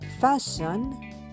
Fashion